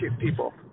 people